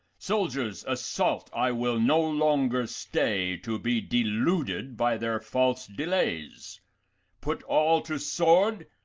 soldiers, assault i will no longer stay, to be deluded by their false delays put all to sword,